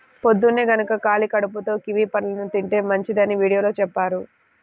పొద్దన్నే గనక ఖాళీ కడుపుతో కివీ పండుని తింటే మంచిదని వీడియోలో చెప్పారు